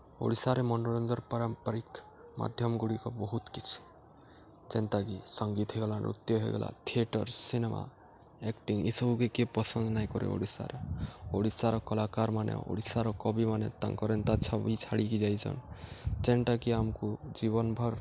ଓଡ଼ିଶାରେ ମନୋରଞ୍ଜନ ପାରମ୍ପାରିକ ମାଧ୍ୟମଗୁଡ଼ିକ ବହୁତ କିଛି ଯେନ୍ତାକି ସଙ୍ଗୀତ ହେଇଗଲା ନୃତ୍ୟ ହେଇଗଲା ଥିଏଟର୍ ସିନେମା ଏକ୍ଟିଂ ଏସବୁକେ କିଏ ପସନ୍ଦ୍ ନାଇଁ କରେ ଓଡ଼ିଶାରେ ଓଡ଼ିଶାର କଳାକାର୍ମାନେ ଓଡ଼ିଶାର କବିମାନେ ତାଙ୍କର ଏନ୍ତା ଛବି ଛାଡ଼ିକି ଯାଇଚନ୍ ଯେନ୍ଟାକି ଆମ୍କୁ ଜୀବନ୍ ଭର୍